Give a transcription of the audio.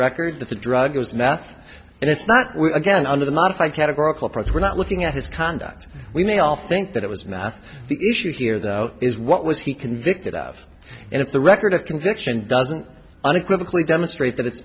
record that the drug is math and it's not again under the modified categorical process we're not looking at his conduct we may all think that it was math the issue here though is what was he convicted of and if the record of conviction doesn't unequivocally demonstrate that it's